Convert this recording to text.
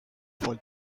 for